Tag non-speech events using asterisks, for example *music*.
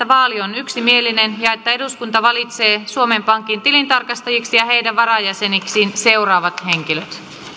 *unintelligible* vaali on yksimielinen ja että eduskunta valitsee suomen pankin tilintarkastajiksi ja heidän varajäsenikseen seuraavat henkilöt